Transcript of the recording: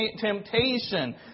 temptation